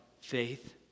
faith